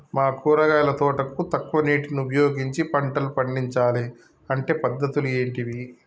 మా కూరగాయల తోటకు తక్కువ నీటిని ఉపయోగించి పంటలు పండించాలే అంటే పద్ధతులు ఏంటివి?